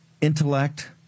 intellect